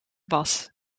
was